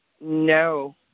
No